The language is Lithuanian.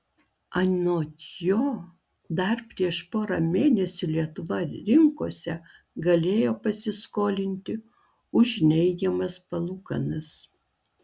anot jo dar prieš porą mėnesių lietuva rinkose galėjo pasiskolinti už neigiamas palūkanas